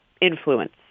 influence